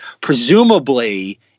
Presumably